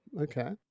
Okay